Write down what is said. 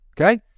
Okay